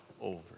over